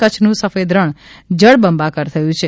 કચ્છનું સફેદ રણ જળબંબાકાર થયું છે